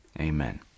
amen